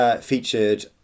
featured